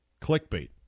clickbait